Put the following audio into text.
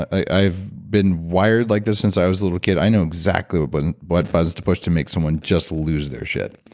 i've been wired like this since i was a little kid. i know exactly what but and but buttons to push to make someone just lose their shit,